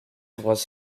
was